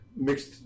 Mixed